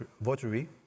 votary